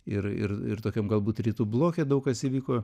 ir ir ir tokiam galbūt rytų bloke daug kas įvyko